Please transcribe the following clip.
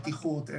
בטיחות,